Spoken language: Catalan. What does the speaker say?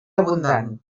abundant